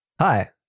hi